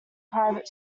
private